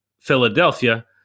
Philadelphia